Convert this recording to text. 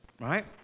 Right